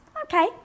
Okay